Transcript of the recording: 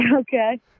Okay